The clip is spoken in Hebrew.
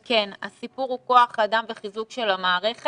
וכן, הסיפור הוא כוח אדם בחיזוק של המערכת,